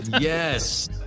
Yes